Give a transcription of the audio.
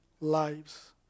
lives